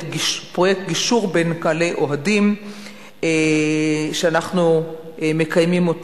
פרויקט גישור בין קהלי אוהדים שאנחנו מקיימים,